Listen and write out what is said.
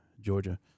Georgia